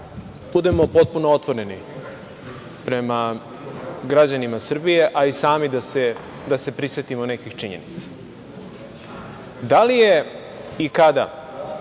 budemo potpuno otvoreni prema građanima Srbije, a i sami da se prisetimo nekih činjenica. Da li je i kada